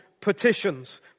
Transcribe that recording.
petitions